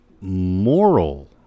moral